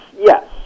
Yes